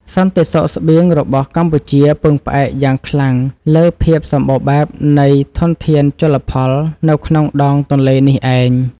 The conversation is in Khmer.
សន្តិសុខស្បៀងរបស់កម្ពុជាពឹងផ្អែកយ៉ាងខ្លាំងលើភាពសម្បូរបែបនៃធនធានជលផលនៅក្នុងដងទន្លេនេះឯង។